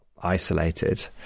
isolated